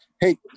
Hey